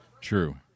True